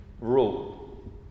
rule